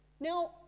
Now